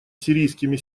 сирийскими